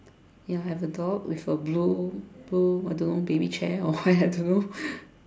ya I have a dog with a blue blue I don't know baby chair or what I don't know